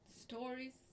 stories